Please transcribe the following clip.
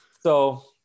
So-